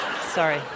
Sorry